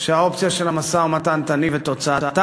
שהאופציה של המשא-ומתן תניב את תוצאתה,